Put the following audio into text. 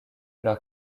leur